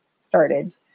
started